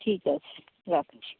ঠিক আছে রাখছি